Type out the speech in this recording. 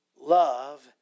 love